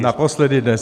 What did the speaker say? Naposledy dnes.